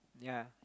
ya